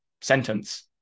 sentence